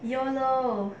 ya lor